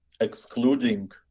excluding